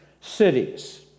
Cities